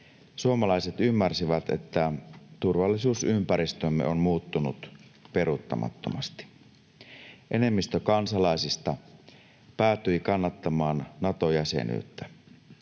suomalaiset ymmärsivät, että turvallisuusympäristömme on muuttunut peruuttamattomasti. Enemmistö kansalaisista päätyi kannattamaan Nato-jäsenyyttä.